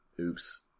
Oops